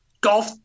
golf